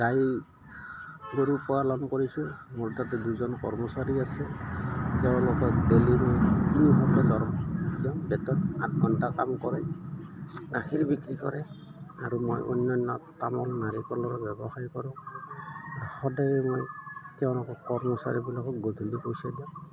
গাই গৰুও পালন কৰিছোঁ মোৰ তাতে দুজন কৰ্মচাৰী আছে তেওঁলোকক ডেইলি মই তিনিশকৈ দৰমহা দিওঁ বেতন আঠঘণ্টা কাম কৰে গাখীৰ বিক্ৰী কৰে আৰু মই অন্যান্য তামোল নাৰিকলৰ ব্যৱসায় কৰোঁ সদায়ে মই তেওঁলোকক কৰ্মচাৰীবিলাকক গধূলি পইচা দিওঁ